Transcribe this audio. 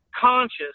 conscious